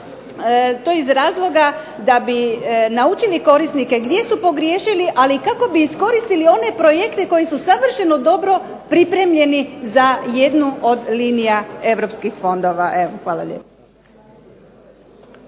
i to iz razloga da bi naučili korisnike gdje su pogriješili, ali i kako bi iskoristili one projekte koji su savršeno dobro pripremljeni za jednu od liniju europskih fondova. Hvala lijepo.